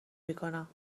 میکنم